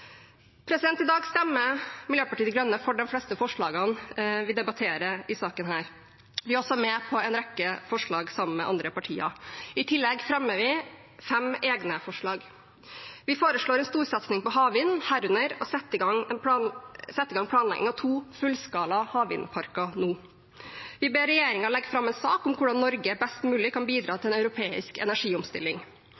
I dag stemmer Miljøpartiet De Grønne for de fleste av forslagene vi debatterer i denne saken. Vi er også med på en rekke forslag sammen med andre partier. I tillegg fremmer vi fem egne forslag: Vi foreslår en storsatsing på havvind, herunder å sette i gang planlegging av to fullskala havvindparker nå. Vi ber regjeringen legge fram en sak om hvordan Norge best mulig kan bidra